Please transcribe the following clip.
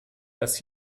das